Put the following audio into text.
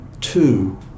Two